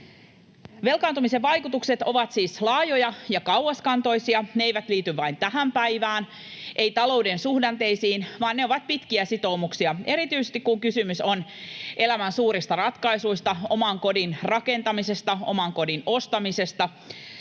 Velkaantumisen vaikutukset ovat siis laajoja ja kauaskantoisia. Ne eivät liity vain tähän päivään ja talouden suhdanteisiin, vaan ne ovat pitkiä sitoumuksia, erityisesti kun kysymys on elämän suurista ratkaisuista: oman kodin rakentamisesta, oman kodin ostamisesta,